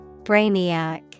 Brainiac